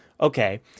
okay